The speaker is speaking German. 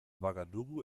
ouagadougou